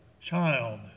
child